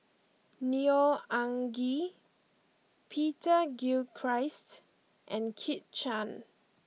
Neo Anngee Peter Gilchrist and Kit Chan